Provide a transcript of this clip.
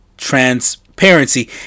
Transparency